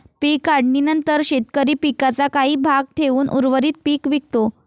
पीक काढणीनंतर शेतकरी पिकाचा काही भाग ठेवून उर्वरित पीक विकतो